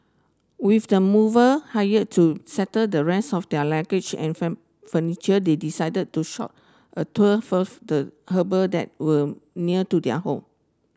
with the mover hired to settle the rest of their luggage and furniture they decided to short a tour first the harbour that were near to their home